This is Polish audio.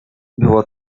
było